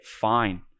fine